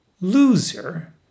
loser